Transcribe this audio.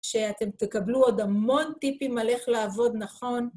שאתם תקבלו עוד המון טיפים על איך לעבוד נכון.